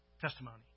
testimony